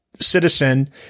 citizen